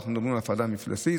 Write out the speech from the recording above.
ואנחנו מדברים על הפרדה מפלסית.